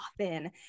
often